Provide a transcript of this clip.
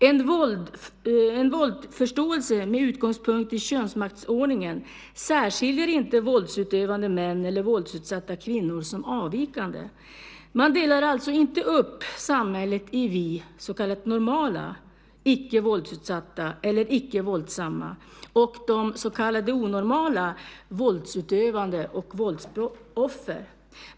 En våldsförståelse med utgångspunkt i könsmaktsordningen särskiljer inte våldsutövande män eller våldsutsatta kvinnor som avvikande. Man delar alltså inte upp samhället i de så kallade normala, icke våldsutsatta eller icke våldsamma och de så kallade onormala, våldsutövande och våldsoffer.